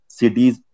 cities